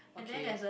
okay